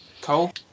Cole